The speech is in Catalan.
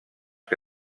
que